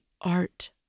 art